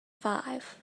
five